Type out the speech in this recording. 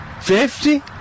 Fifty